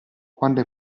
quando